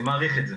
אני מעריך את זה.